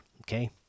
okay